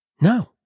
No